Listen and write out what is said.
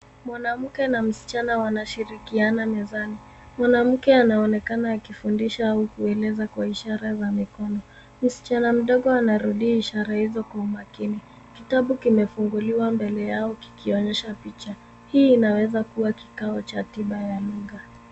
Mwanamke na msichana wanashirikiana mezani. Mwanamke anaonekana akifundisha au kueleza kwa ishara za mikono. Msichana mdogo anarudia ishara hizo kwa makini. Kitabu kimefunguliwa mbele yao kikionyesha picha. Hio inaweza kikao cha tiba ya lugha.